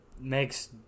makes